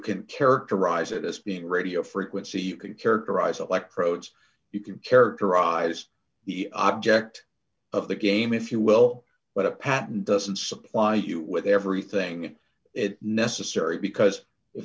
can characterize it as being radio frequency you can characterize electrodes you can characterize the object of the game if you will but a patent doesn't supply you with everything in it necessary because if